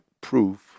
proof